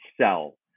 sell